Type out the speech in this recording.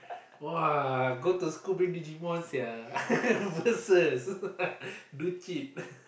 !wah! go to school bring Digimon sia versus do cheat